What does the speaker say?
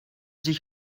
sich